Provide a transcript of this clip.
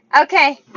Okay